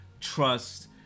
trust